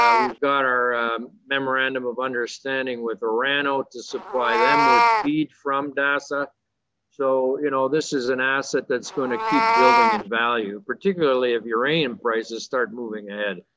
ah we've got our memorandum of understanding with orano, to supply them with feed from dasa so you know this is an asset that's going to keep building in value, particularly if uranium prices start moving and